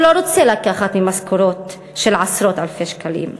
והוא לא רוצה לקחת ממשכורות של עשרות אלפי שקלים.